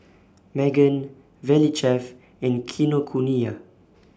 Megan Valley Chef and Kinokuniya